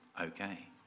okay